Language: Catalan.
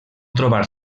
trobar